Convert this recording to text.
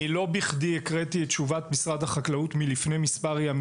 לא בכדי הקראתי את תשובת משרד החקלאות מלפני מספר ימים,